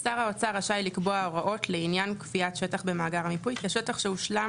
שר האוצר רשאי לקבוע הוראות לעניין קביעת שטח במאגר המיפוי כשטח שהושלם